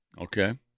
Okay